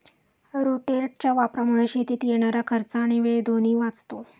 रोटेटरच्या वापरामुळे शेतीत येणारा खर्च आणि वेळ दोन्ही वाचतो